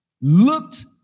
looked